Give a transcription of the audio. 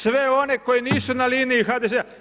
Sve one koji nisu na liniji HDZ-a.